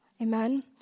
Amen